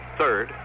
third